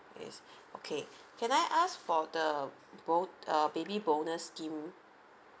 yes okay can I ask for the bo~ err baby bonus scheme